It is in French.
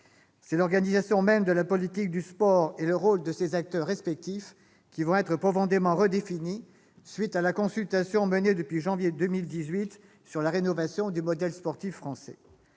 C'est l'organisation même de la politique du sport et le rôle de ses acteurs respectifs qui vont être profondément redéfinis à la suite de la consultation menée depuis janvier 2018 sur la rénovation du modèle sportif français.